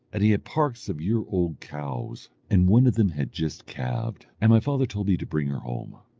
and he had parks of year-old cows, and one of them had just calved, and my father told me to bring her home.